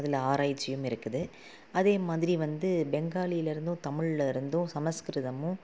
அதில் ஆராய்ச்சியும் இருக்குது அதேமாதிரி வந்து பெங்காலியில் இருந்தும் தமிழில் இருந்தும் சமஸ்கிருதமும்